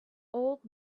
old